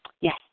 Yes